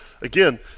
again